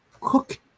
cook